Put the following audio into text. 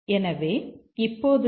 எனவே இப்போது நாம் c